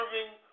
serving